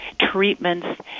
treatments